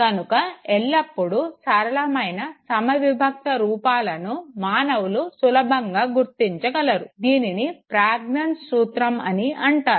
కనుక ఎల్లప్పుడు సరళమైన సమవిభక్త రూపాలను మానవులు సులభంగా గుర్తించగలరు దీనిని ప్రజ్ఞాంజ్ సూత్రం అని అంటారు